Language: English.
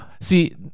see